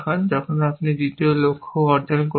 যখন আমরা দ্বিতীয় লক্ষ্য অর্জন করেছি